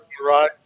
right